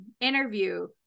interview